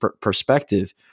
perspective